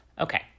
Okay